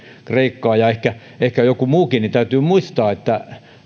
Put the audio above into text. nissilä ja ehkä ehkä joku muukin niin täytyy muistaa että